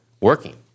working